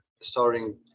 starting